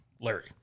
Larry